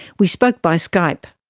we spoke by skype.